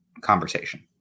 conversation